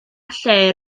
lle